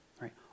right